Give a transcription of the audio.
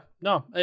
no